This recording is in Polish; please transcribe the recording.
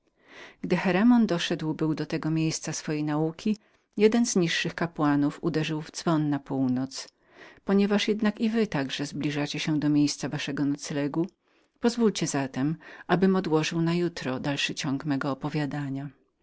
gdy cheremon doszedł był do tego miejsca swojej nauki jeden z niższych kapłanów uderzył w dzwon na północ ponieważ jednak i wy także zbliżacie się do miejsca waszego noclegu pozwólcie zatem abym odłożył na jutro dalszy ciąg mego opowiadania